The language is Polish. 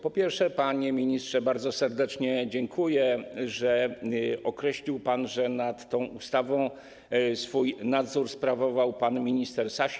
Po pierwsze, panie ministrze, bardzo serdecznie dziękuję, że określił pan, że nad tą ustawą nadzór sprawował pan minister Sasin.